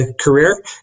career